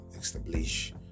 establish